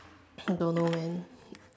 I don't know when